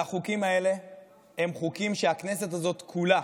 החוקים האלה הם חוקים שהכנסת הזאת כולה